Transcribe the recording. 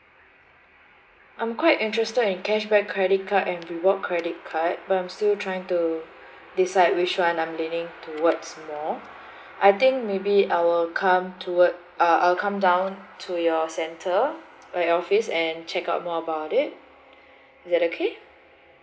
I'm quite interested in cashback credit card and reward credit card but I'm still trying to decide which one I'm leaning towards more I think maybe I will come toward uh I'll come down to your center at your office and check out more about it is that okay